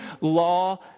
law